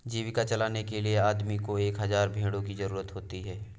जीविका चलाने के लिए आदमी को एक हज़ार भेड़ों की जरूरत होती है